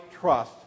trust